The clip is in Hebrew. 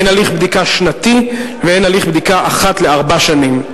הן הליך בדיקה שנתי והן הליך בדיקה אחת לארבע שנים.